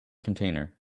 container